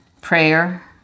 prayer